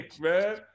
Man